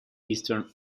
eastern